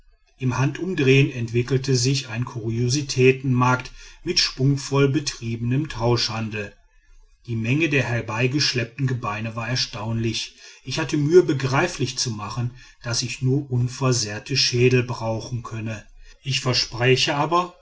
im handumdrehen entwickelte sich ein kuriositätenmarkt mit schwungvoll betriebenem tauschhandel die menge der herbeigeschleppten gebeine war erstaunlich ich hatte mühe begreiflich zu machen daß ich nur unversehrte schädel brauchen könne ich verspräche aber